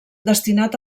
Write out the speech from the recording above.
destinat